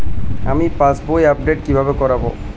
আমি পাসবই আপডেট কিভাবে করাব?